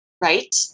right